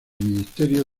ministerio